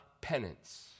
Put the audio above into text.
penance